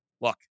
look